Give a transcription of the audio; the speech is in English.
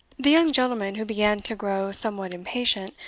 the young gentleman, who began to grow somewhat impatient,